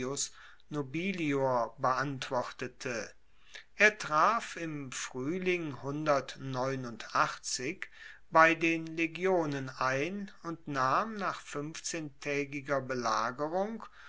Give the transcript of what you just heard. beantwortete er traf im fruehling bei den legionen ein und nahm nach fuenfzehntaegiger belagerung